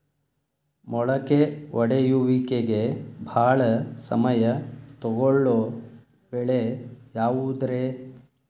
ಮೊಳಕೆ ಒಡೆಯುವಿಕೆಗೆ ಭಾಳ ಸಮಯ ತೊಗೊಳ್ಳೋ ಬೆಳೆ ಯಾವುದ್ರೇ?